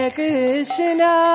Krishna